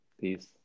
Peace